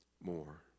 more